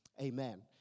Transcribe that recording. Amen